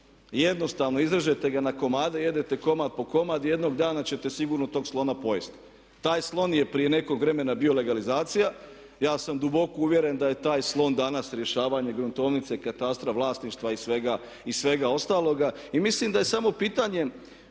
Jednostavno, izrežete ga na komade, jedete komad po komad i jednog dana ćete sigurno tog slona pojesti. Taj slon je prije nekog vremena bio legalizacija. Ja sam duboko uvjeren da je taj slon danas rješavanje gruntovnice, katastra, vlasništva i svega ostaloga. I mislim da je samo pitanje